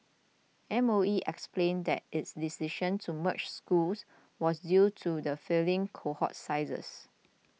M O E explained that its decision to merge schools was due to the falling cohort sizes